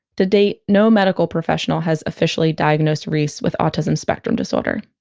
to date, no medical professional has officially diagnosed reese with autism spectrum disorder.